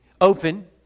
open